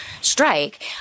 strike